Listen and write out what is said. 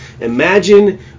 Imagine